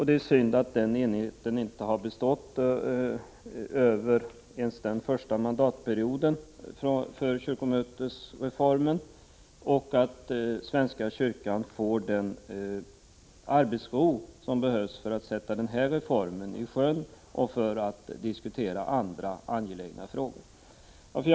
Det är synd att den enigheten inte har bestått ens över den första mandatperioden för kyrkomötesreformen så att svenska kyrkan kunde få den arbetsro som behövs för att sätta reformen i sjön och för att diskutera andra angelägna frågor.